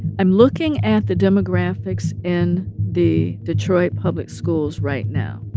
i'm looking at the demographics in the detroit public schools right now,